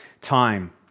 time